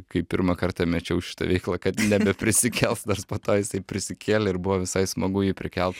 kai pirmą kartą mečiau šitą veiklą kad nebeprisikels nors po to jisai prisikėlė ir buvo visai smagu jį prikelt